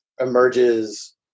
emerges